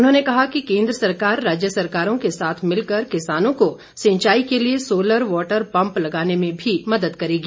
उन्होंने कहा कि केंद्र सरकार राज्य सरकारों के साथ मिलकर किसानों को सिंचाई के लिए सोलर वॉटर पम्प लगाने में भी मदद करेगी